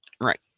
right